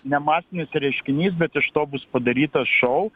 ne masinis reiškinys bet iš to bus padarytas šou